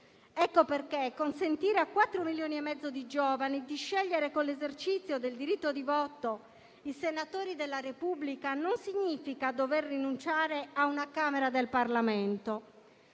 Per questo consentire a 4,5 milioni di giovani di scegliere con l'esercizio del diritto di voto i senatori della Repubblica non significa dover rinunciare a una Camera del Parlamento.